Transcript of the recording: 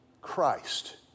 Christ